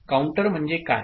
counter म्हणजे काय